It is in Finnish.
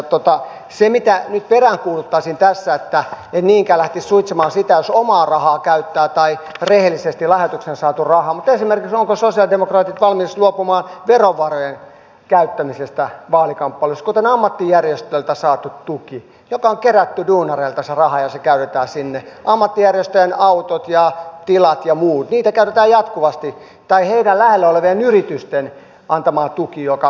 se mitä nyt peräänkuuluttaisin tässä en niinkään lähtisi suitsimaan sitä jos omaa rahaa käyttää tai rehellisesti lahjoituksena saatu rahaa on esimerkiksi se ovatko sosialidemokraatit valmiita luopumaan verovarojen käyttämisestä vaalikamppailussa kuten ammattijärjestöiltä saadusta tuesta joka on duunareilta kerättyä rahaa ja jota käytetään siihen ammattijärjestöjen autoista ja tiloista ja muusta niitä käytetään jatkuvasti tai heitä lähellä olevien yritysten antamasta tuesta jota siellä on